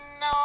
no